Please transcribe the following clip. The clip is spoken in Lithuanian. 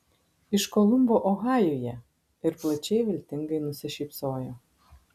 iš kolumbo ohajuje ir plačiai viltingai nusišypsojo